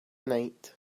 night